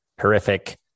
horrific